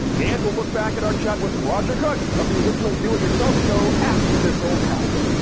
and we'll look back at our chat with roger cook of the original do-it-yourself show, ask this old house.